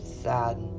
sad